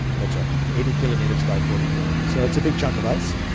that's right, eighty kilometres by forty kilometres, so it's a big chunk of ice.